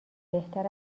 بهتر